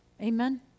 Amen